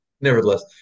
Nevertheless